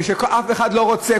מפני שאף אחד לא רוצה,